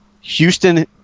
Houston